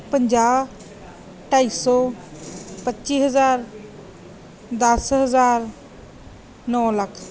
ਪੰਜਾਹ ਢਾਈ ਸੌ ਪੱਚੀ ਹਜ਼ਾਰ ਦਸ ਹਜ਼ਾਰ ਨੌਂ ਲੱਖ